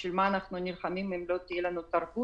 בשביל מה אנחנו נלחמים אם לא תהיה לנו תרבות.